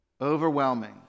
Overwhelming